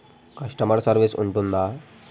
Customer service ఉంటుందా?